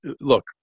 look